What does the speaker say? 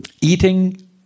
eating